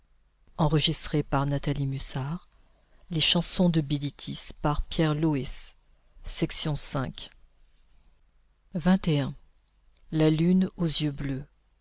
la lune aux yeux bleus